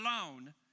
alone